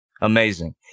amazing